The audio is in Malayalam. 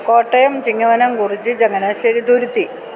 കോട്ടയം ചിങ്ങവനം കുറിച്ചി ചങ്ങനാശ്ശേരി തുരുത്തി